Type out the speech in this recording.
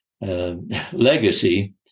Legacy